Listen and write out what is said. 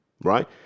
right